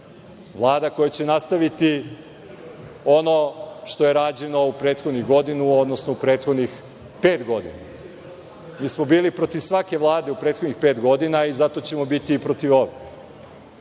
Vlada koja će nastaviti ono što je rađeno u prethodnih godinu, odnosno u prethodnih pet godina. Mi smo bili protiv svake Vlade u prethodnih pet godina, zato ćemo biti i protiv